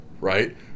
right